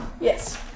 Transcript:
Yes